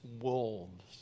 wolves